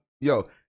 Yo